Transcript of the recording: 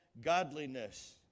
godliness